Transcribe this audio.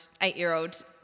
eight-year-old